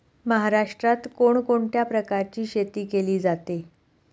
महाराष्ट्रात कोण कोणत्या प्रकारची शेती केली जाते?